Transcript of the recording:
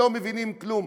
הם לא מבינים כלום,